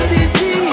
City